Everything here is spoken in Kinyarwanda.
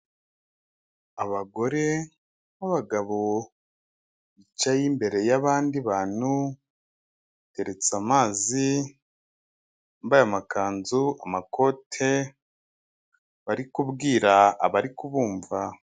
Abagore n'abagabo bicaye imbere y'abandi bantu, hateretse amazi, bambaye amakanzu, amakote bari kubwira abari kubumva.